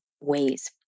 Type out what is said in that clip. ways